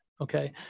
okay